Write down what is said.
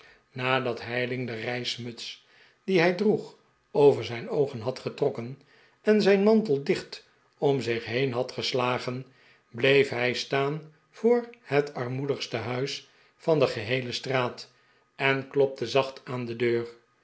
nadat heyling de reismuts die hij droeg over zijn oogen had getrokken en zijn mantel dicht om zich heen had gestagen bleef hij staan voor het armoedigste huis van de geheele straat en klopte zacht aan de deur